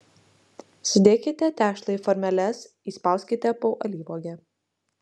sudėkite tešlą į formeles įspauskite po alyvuogę